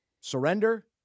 surrender